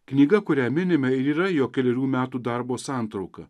knyga kurią minime ir yra jo kelerių metų darbo santrauka